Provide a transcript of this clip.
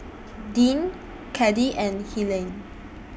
Dean Caddie and Helaine